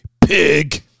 Pig